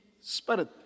spirit